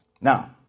Now